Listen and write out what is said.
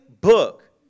book